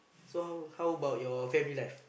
so how how about your family life